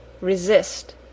resist